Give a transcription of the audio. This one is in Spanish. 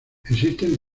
existen